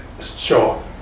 sure